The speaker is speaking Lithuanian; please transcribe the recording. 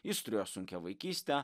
jis turėjo sunkią vaikystę